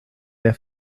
der